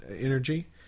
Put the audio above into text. energy